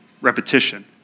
repetition